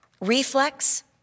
reflex